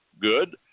good